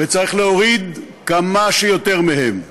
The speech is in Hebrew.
וצריך להוריד כמה שיותר מהם.